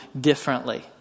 differently